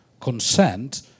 Consent